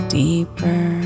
deeper